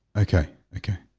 okay, okay